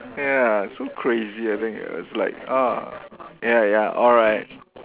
ya so crazy I think it's like ah ya ya alright